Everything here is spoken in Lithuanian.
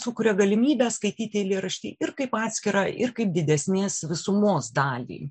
sukuria galimybę skaityti eilėraštį ir kaip atskirą ir kaip didesnės visumos dalį